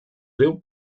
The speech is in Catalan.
riu